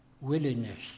willingness